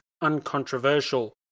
uncontroversial